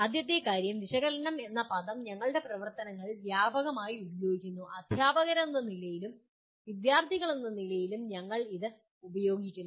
ആദ്യത്തെ കാര്യം വിശകലനം എന്ന പദം ഞങ്ങളുടെ പ്രവർത്തനങ്ങളിൽ വ്യാപകമായി ഉപയോഗിക്കുന്നു അദ്ധ്യാപകരെന്ന നിലയിലും വിദ്യാർത്ഥികളെന്ന നിലയിലും ഞങ്ങൾ ഇത് ഉപയോഗിക്കുന്നു